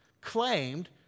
claimed